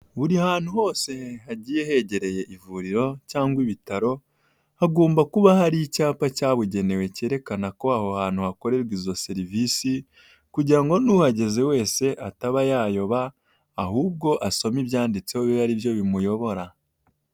Buri hantu hose hagiye hegereye ivuriro cyangwa ibitaro hagomba kuba hari icyapa cyabugenewe cyerekana ko aho hantu hakorerwa izo serivisi, kugira ngo n'uhageze wese ataba yayoba ahubwo asome ibyanditse bibe aribyo bimuyobora.